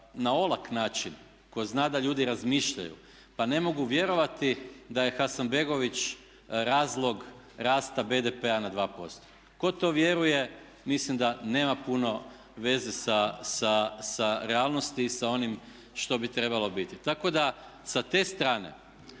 na olak način, tko zna da ljudi razmišljaju pa ne mogu vjerovati da je Hasanbegović razlog rasta BDP-a na 2%. Tko to vjeruje mislim da nema puno veze sa realnosti i sa onim što bi trebalo biti. Tako da sa te strane